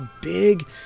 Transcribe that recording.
big